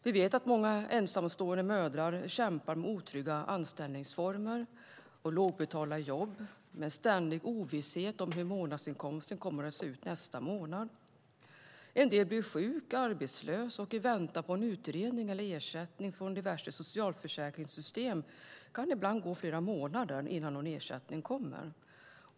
Vi vet att många ensamstående mödrar kämpar med otrygga anställningsformer och lågbetalda jobb, med ständig ovisshet om hur månadsinkomsten kommer att se ut nästa månad. En del blir sjuka och arbetslösa, och i väntan på utredning eller ersättning från diverse socialförsäkringssystem kan det ibland gå flera månader innan någon ersättning kommer.